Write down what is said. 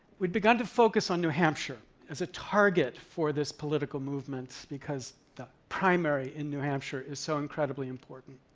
we'd begun to focus on new hampshire as a target for this political movement, because the primary in new hampshire is so incredibly important.